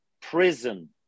prison